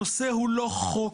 הנושא הוא לא חוק